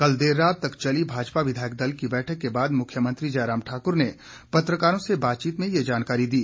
कल देर रात तक चली भाजपा विधायक दल की बैठक के बाद मुख्यमंत्री जयराम ठाकुर ने पत्रकारों से बातचीत में यह जानकारी दी